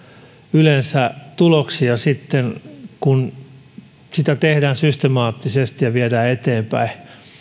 yleensä tuloksia sitten kun sitä tehdään systemaattisesti ja viedään eteenpäin